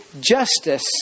Justice